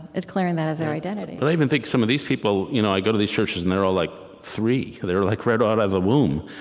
ah declaring that as their identity? but i even think some of these people you know i go to these churches, and they're all, like, three. they're, like, right out of the womb,